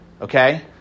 okay